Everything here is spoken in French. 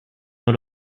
dans